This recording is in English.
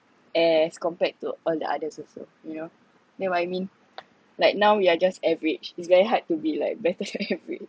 as compared to all the others also you know get what I mean like now we are just average is very hard to be like better than average